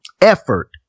effort